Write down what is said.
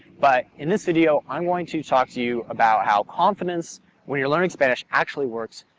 but in this video, i'm going to talk to you about how confidence when you're learning spanish actually works,